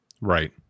Right